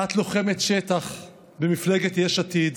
את לוחמת שטח במפלגת יש עתיד,